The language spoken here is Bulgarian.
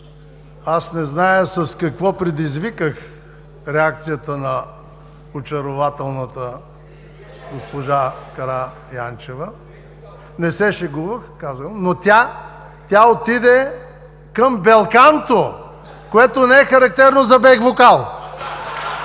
Аз не зная с какво предизвиках реакцията на очарователната госпожа Караянчева? Не се шегувах, но тя отиде към „белканто“, което не е характерно за „бек вокал“ (смях